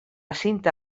cinta